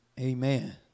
Amen